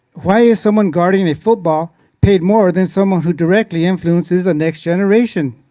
why is someone guarding a football paid more than someone who directly influences the next generation?